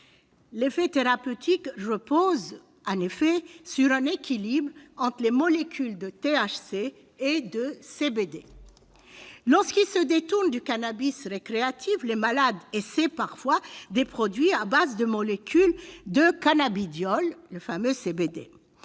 L'effet thérapeutique repose effectivement sur un équilibre entre les molécules de THC et de CBD. Lorsqu'ils se détournent du cannabis récréatif, les malades essaient parfois des produits à base de molécules de cannabidiol- le fameux CBD.